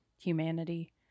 humanity